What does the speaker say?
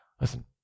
Listen